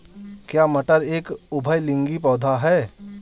क्या मटर एक उभयलिंगी पौधा है?